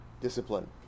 Discipline